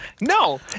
No